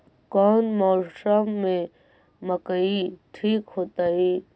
कौन मौसम में मकई ठिक होतइ?